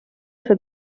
see